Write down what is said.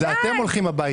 די.